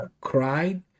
cried